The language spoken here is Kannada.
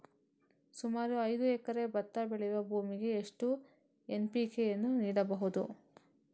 ಸುಮಾರು ಐದು ಎಕರೆ ಭತ್ತ ಬೆಳೆಯುವ ಭೂಮಿಗೆ ಎಷ್ಟು ಎನ್.ಪಿ.ಕೆ ಯನ್ನು ನೀಡಬಹುದು?